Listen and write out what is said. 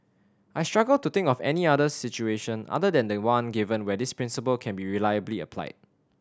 I struggle to think of any other situation other than the one given where this principle can be reliably applied